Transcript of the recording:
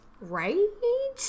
Right